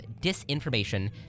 disinformation